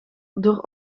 door